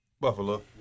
Buffalo